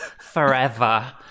forever